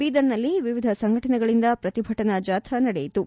ಬೀದರ್ನಲ್ಲಿ ವಿವಿಧ ಸಂಘಟನೆಗಳಿಂದ ಪ್ರತಿಭಟನಾ ಜಾಥಾ ನಡೆಯಿತು